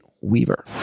Weaver